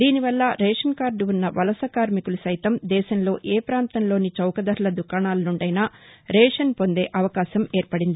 దీని వల్ల ration card ఉన్న వలస కార్మికులు సైతం దేశంలో ఏ పాంతంలోని చౌక ధరల దుకాణాల సుండైనా రేషన్ పొందే అవకాశం ఏర్పడింది